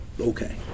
okay